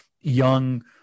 young